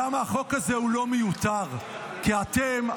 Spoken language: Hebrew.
למה החוק הזה הוא לא מיותר: כי אתם,